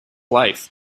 life